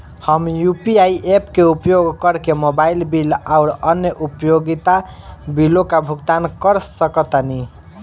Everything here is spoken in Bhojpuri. हम यू.पी.आई ऐप्स के उपयोग करके मोबाइल बिल आउर अन्य उपयोगिता बिलों का भुगतान कर सकतानी